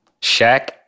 Shaq